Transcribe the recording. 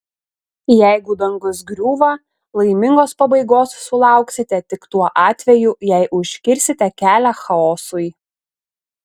jeigu dangus griūva laimingos pabaigos sulauksite tik tuo atveju jei užkirsite kelią chaosui